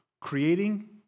creating